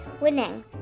winning